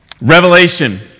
Revelation